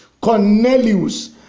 Cornelius